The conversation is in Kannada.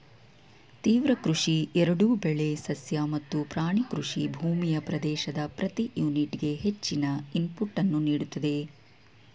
ತೀವ್ರ ಕೃಷಿ ಎರಡೂ ಬೆಳೆ ಸಸ್ಯ ಮತ್ತು ಪ್ರಾಣಿ ಕೃಷಿ ಭೂಮಿಯ ಪ್ರದೇಶದ ಪ್ರತಿ ಯೂನಿಟ್ಗೆ ಹೆಚ್ಚಿನ ಇನ್ಪುಟನ್ನು ನೀಡ್ತದೆ